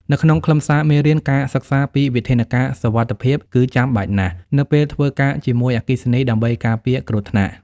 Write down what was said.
នៅក្នុងខ្លឹមសារមេរៀនការសិក្សាពីវិធានការសុវត្ថិភាពគឺចាំបាច់ណាស់ នៅពេលធ្វើការជាមួយអគ្គិសនី ដើម្បីការពារគ្រោះថ្នាក់។